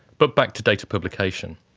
but back to data publication.